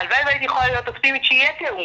הלוואי והייתי יכולה להיות אופטימית שיהיה תיאום,